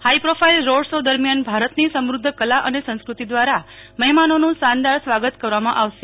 high profile road show દરમિયાન ભારતની સમૃધ્ધ કલા અને સંસ્કૃતિ દ્વારા મહેમાનોનું શાનદાર સ્વાગત કરવામાં આવશે